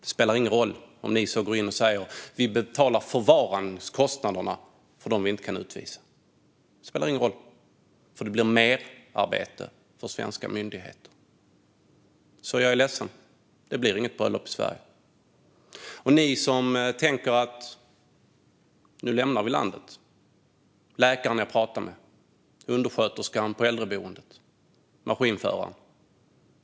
Det spelar ingen roll om ni går in och säger att ni betalar förvarandekostnaderna för dem man inte kan utvisa. Det spelar ingen roll, för det blir merarbete för svenska myndigheter. Så jag är ledsen, men det blir inget bröllop i Sverige. En del av er tänker: Nu lämnar vi landet! Det gäller läkaren jag pratade med, undersköterskan på äldreboendet och maskinföraren.